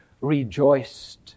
rejoiced